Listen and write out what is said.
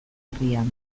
herrian